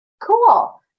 cool